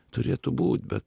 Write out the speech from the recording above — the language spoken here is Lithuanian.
turėtų būt bet